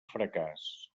fracàs